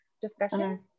discussion